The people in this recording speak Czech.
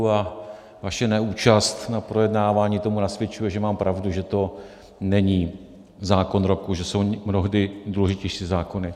A vaše neúčast na projednávání tomu nasvědčuje, že mám pravdu, že to není zákon roku, že jsou mnohdy důležitější zákony.